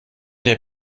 der